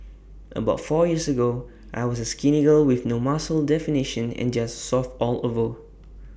about four years ago I was A skinny girl with no muscle definition and just soft all over